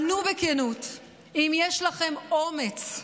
ענו בכנות, אם יש לכם אומץ: